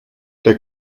der